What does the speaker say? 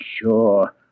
sure